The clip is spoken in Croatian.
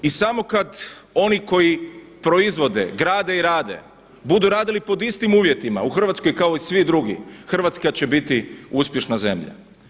I samo oni koji proizvode, grade i rade, budu radili pod istim uvjetima u Hrvatskoj kao i svi drugi, Hrvatska će biti uspješna zemlja.